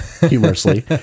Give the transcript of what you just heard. humorously